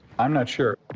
i'm not sure.